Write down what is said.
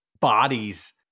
bodies